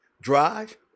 Drive